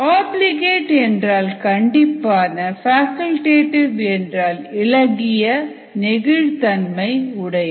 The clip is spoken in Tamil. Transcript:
ஆப்லிகேட் என்றால் கண்டிப்பான ஃபேக்கல்டேடிவு என்றால் இளகிய நெகிழ் தன்மை உடைய